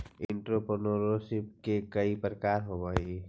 entrepreneurship के कई प्रकार होवऽ हई